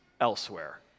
elsewhere